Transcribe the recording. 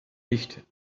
nicht